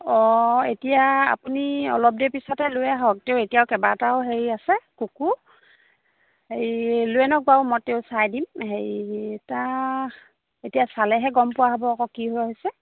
অঁ এতিয়া আপুনি অলপ দেৰি পিছতে লৈ আহক তেওঁ এতিয়াও কেইবাটাও হেৰি আছে কুকুৰ হেৰি লৈয়ে আনক বাৰু মই তেওঁ চাই দিম হেৰি এটা এতিয়া চালেহে গম পোৱা হ'ব আকৌ কি হৈ হৈছে